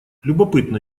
любопытно